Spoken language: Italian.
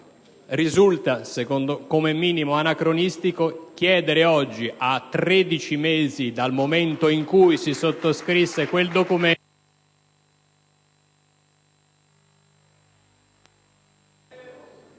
risulta come minimo anacronistico chiedere oggi, a 13 mesi dal momento in cui si sottoscrisse quel documento